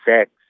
sex